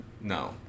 No